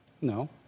No